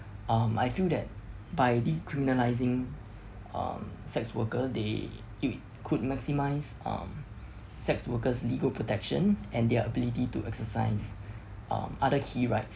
um I feel that by decriminalizing um sex worker they it could maximise um sex workers legal protection and their ability to exercise um other key right